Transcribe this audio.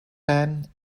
pan